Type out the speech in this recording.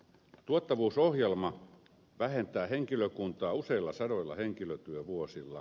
tuottavuusohjelma vähentää henkilökuntaa useilla sadoilla henkilötyövuosilla